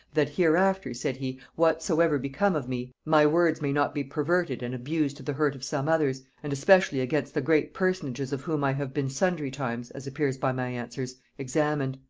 that hereafter said he, whatsoever become of me, my words may not be perverted and abused to the hurt of some others, and especially against the great personages of whom i have been sundry times, as appears by my answers, examined.